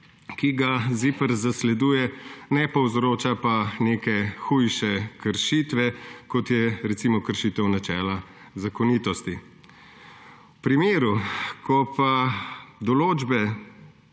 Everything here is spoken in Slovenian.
ki ga ZIPRS zasleduje, ne povzroča pa neke hujše kršitve, kot je recimo kršitev načela zakonitosti. V primeru, ko določbe